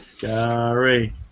Gary